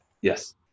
Yes